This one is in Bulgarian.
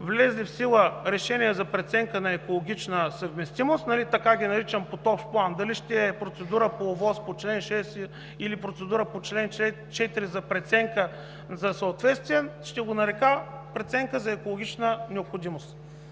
влезли в сила решения за преценка на екологична съвместимост. Така ги наричам под общ план – дали ще е процедура по ОВОС по чл. 6, или процедура по чл. 4 за преценка за съответствие, ще го нарека „преценка за екологична необходимост“.